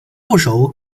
部首